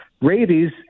rabies